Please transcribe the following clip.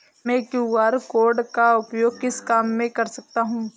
मैं QR code का उपयोग किस काम में कर सकता हूं?